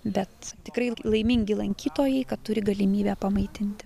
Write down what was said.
bet tikrai laimingi lankytojai kad turi galimybę pamaitinti